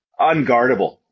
unguardable